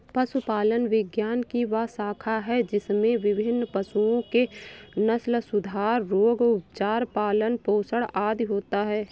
पशुपालन विज्ञान की वह शाखा है जिसमें विभिन्न पशुओं के नस्लसुधार, रोग, उपचार, पालन पोषण आदि होता है